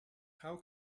how